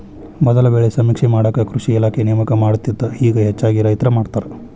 ಮೊದಲ ಬೆಳೆ ಸಮೇಕ್ಷೆ ಮಾಡಾಕ ಕೃಷಿ ಇಲಾಖೆ ನೇಮಕ ಮಾಡತ್ತಿತ್ತ ಇಗಾ ಹೆಚ್ಚಾಗಿ ರೈತ್ರ ಮಾಡತಾರ